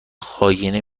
خاگینه